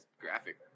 graphic